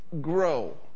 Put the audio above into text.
grow